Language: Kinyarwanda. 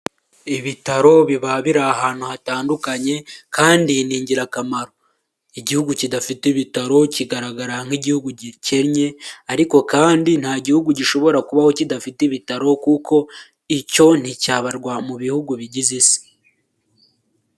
Ibitaro biba biri ahantu hatandukanye kandi ni ingirakamaro, igihugu kidafite ibitaro kigaragara nk'igihugu gikennye ariko kandi ntagihugu gishobora kubaho kidafite ibitaro kuko icyo nticyabarwa mu bihugu bigize isi.